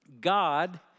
God